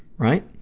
right?